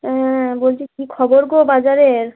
হ্যাঁ বলছি কী খবর গো বাজারের